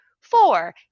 Four